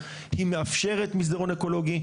היא מאפשר מסדרון אקולוגי,